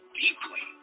deeply